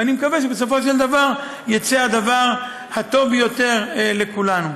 ואני מקווה שבסופו של דבר יצא הדבר הטוב ביותר לכולנו.